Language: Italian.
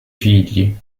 figli